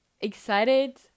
excited